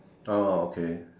orh okay